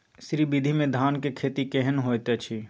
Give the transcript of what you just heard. श्री विधी में धान के खेती केहन होयत अछि?